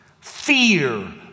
Fear